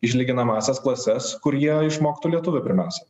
išlyginamąsias klases kur jie išmoktų lietuvių pirmiausia